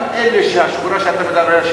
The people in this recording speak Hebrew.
גם אלה מהשכונה שאתה מדבר עליה,